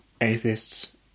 atheists